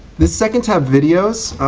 this second tab, videos